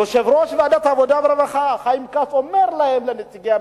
יושב-ראש ועדת העבודה והרווחה חיים כץ אומר לנציגי המשרדים: